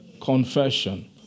confession